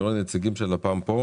אני רואה את הנציגים של לפ"מ פה.